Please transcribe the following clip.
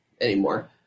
anymore